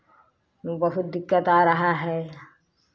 बहुत दिक्कत आ रहा है